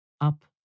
Up